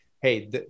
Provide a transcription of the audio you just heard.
hey